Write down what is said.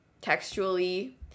textually